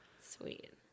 sweet